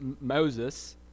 Moses